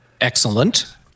Excellent